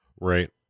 Right